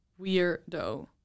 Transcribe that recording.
weirdo